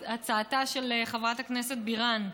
של חברי הכנסת אילן גילאון,